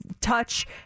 touch